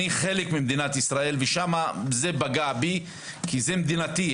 אני חלק ממדינת ישראל וזה פגע בי כי זה מדינתי.